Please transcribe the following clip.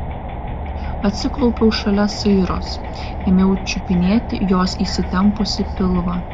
atsiklaupiau šalia sairos ėmiau čiupinėti jos įsitempusį pilvą